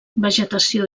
vegetació